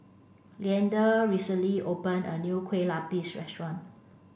Leander recently opened a new Kue Lupis restaurant